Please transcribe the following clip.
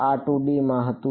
આ 2D માં હતું